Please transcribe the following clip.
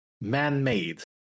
man-made